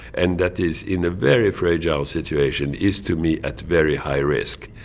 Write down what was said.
and that is in a very fragile situation is to me at very high risk.